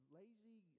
lazy